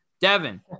Devin